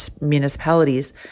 municipalities